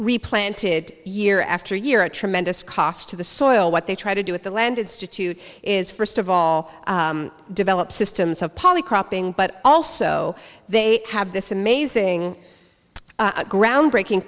replanted year after year a tremendous cost to the soil what they try to do with the land institute is first of all develop systems of poly cropping but also they have this amazing groundbreaking